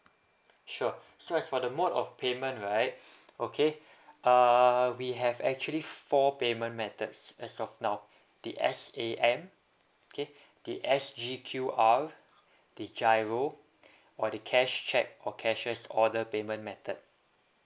sure so as for the mode of payment right okay err we have actually four payment methods as of now the S_A_M okay the S_G_Q_R the G_I_R_O or the cash cheque or cashier's order payment method